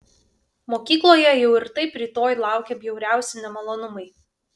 mokykloje jau ir taip rytoj laukė bjauriausi nemalonumai